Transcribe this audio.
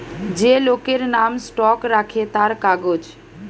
যে লোকের নাম স্টক রাখে তার কাগজ